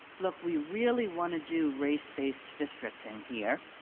look, we really want to do race-based districting here.